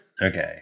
Okay